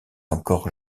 encore